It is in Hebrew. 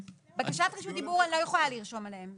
בקשת רשות דיבור אני לא יכולה לרשום עליהן.